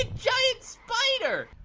giant spider.